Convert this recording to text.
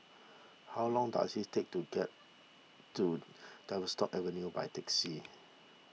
how long does it take to get to Tavistock Avenue by taxi